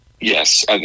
yes